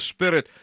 Spirit